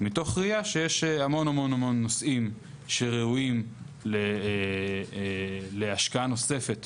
מתוך ראייה שיש המון-המון נושאים שראויים להשקעה נוספת